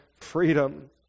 freedom